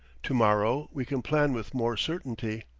to-morrow we can plan with more certainty.